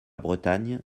bretagne